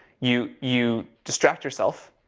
you, you distract yourself.